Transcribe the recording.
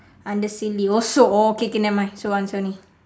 under silly also okay okay never mind so answer only